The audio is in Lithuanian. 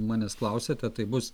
manęs klausiate tai bus